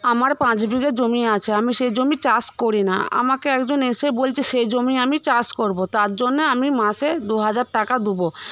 আমার পাঁচ বিঘে জমি আছে আমি সেই জমি চাষ করি না আমাকে একজন এসে বলছে সে জমি আমি চাষ করবো তার জন্যে আমি মাসে দুহাজার টাকা দেবো